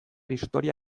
historia